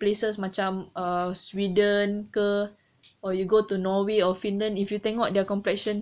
places macam err sweden ke or you go to norway or finland if you tengok their completion